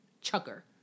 chucker